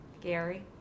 Gary